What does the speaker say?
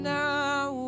now